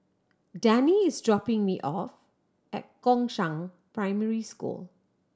Dannie is dropping me off at Gongshang Primary School